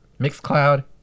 Mixcloud